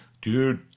Dude